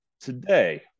Today